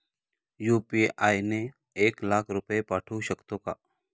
UPI ने एक लाख रुपये पाठवू शकतो का?